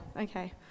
Okay